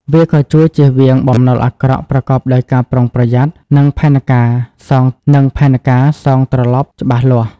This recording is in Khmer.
វាក៏ជួយជៀសវាងបំណុលអាក្រក់ ប្រកបដោយការប្រុងប្រយ័ត្ន និងផែនការសងត្រលប់ច្បាស់លាស់។